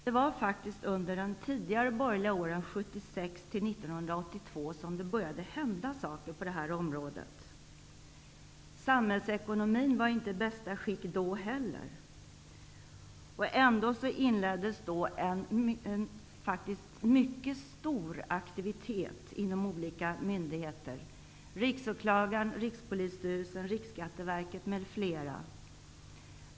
Det var faktiskt under de tidigare borgerliga åren 1976--1982 som det började hända saker på området. Samhällsekonomin var inte i bästa skick då heller. Ändå inleddes faktiskt en mycket stor aktivitet inom olika myndigheter -- Riksåklagaren, Rikspolisstyrelsen, Riksskatteverket m.fl.